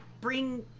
bring